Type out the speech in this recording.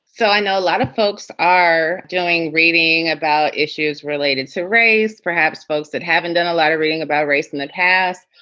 so i know a lot of folks are doing reading about issues related to race. perhaps folks that haven't done a lot of reading about race in the past.